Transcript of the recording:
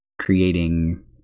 creating